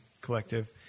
Collective